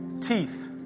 teeth